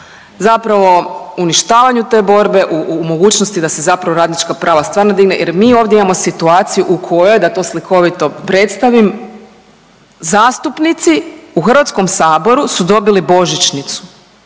zapravo uništavanju te borbe, u mogućnosti da se zapravo radnička prava stvarno digne. Jer mi ovdje imamo situaciju u kojoj da to slikovito predstavim zastupnici u Hrvatskom saboru su dobili božićnicu,